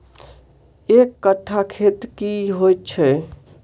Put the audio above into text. एक कट्ठा खेत की होइ छै?